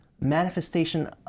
manifestation